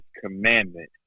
commandment